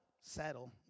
settle